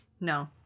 No